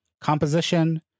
Composition